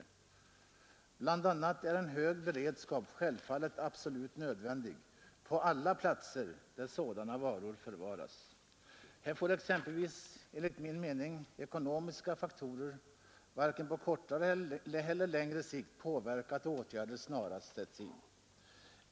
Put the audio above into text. Bl.a. är en hög beredskap självfallet absolut nödvändig på alla platser där sådana varor förvaras. Här får exempelvis, enligt min mening, ekonomiska faktorer varken på kortare eller på längre sikt motverka att åtgärder snarast sätts in.